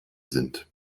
sind